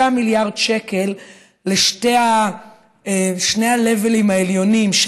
מיליארד שקל לשני ה"לבלים" העליונים,